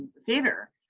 theater,